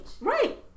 Right